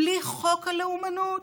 בלי חוק הלאומנות,